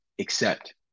accept